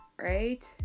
right